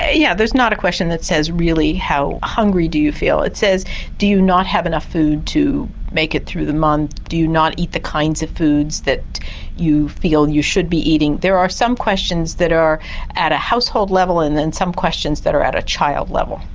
yeah, there's not a question that says really how hungry do you feel, it says do you not have enough food to make it through the month, do you not eat the kinds of foods that you feel you should be eating? there are some questions that are at a household level and and some questions that are at a child level.